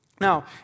Now